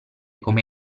come